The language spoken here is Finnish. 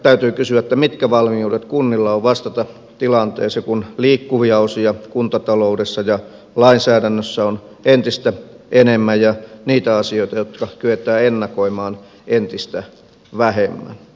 täytyy kysyä mitkä valmiudet kunnilla on vastata tilanteeseen kun liikkuvia osia kuntataloudessa ja lainsäädännössä on entistä enemmän ja niitä asioita jotka kyetään ennakoimaan entistä vähemmän